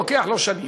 לוקח לו שנים.